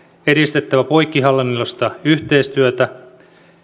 edistettävä poikkihallinnollista yhteistyötä